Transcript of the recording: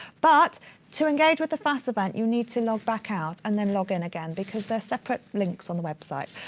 but to engage with the fass event, you need to log back out and then log in again because there are separate links on the website.